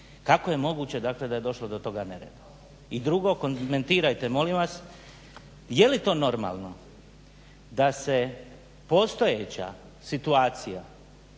Kako je moguće dakle da je došlo do toga nereda? I drugo, komentirajte molim vas je li to normalno da se postojeća situacija